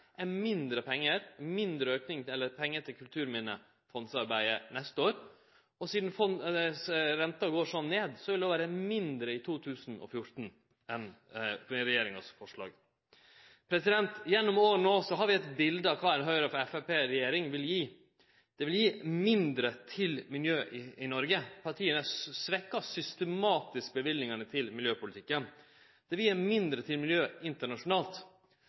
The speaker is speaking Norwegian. er mindre pengar til kulturminnefondsarbeidet neste år. Og sidan renta går ned, vil det vere mindre pengar i 2014 enn med forslaget frå regjeringa. Gjennom år no har vi fått eit bilete av kva ei Høgre- og Framstegsparti-regjering vil gje. Dei vil gje mindre til miljø i Noreg. Partia har systematisk svekt løyvingane til miljøpolitikken, og dei vil gje mindre til miljø internasjonalt.